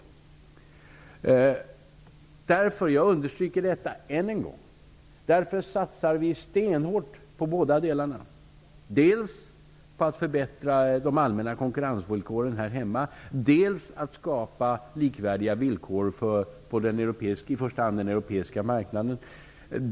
Jag vill än en gång understryka att vi satsar stenhårt på båda delarna, dels att förbättra de allmänna konkurrensvillkoren här hemma, dels att skapa likvärdiga villkor på i första hand den europeiska marknaden.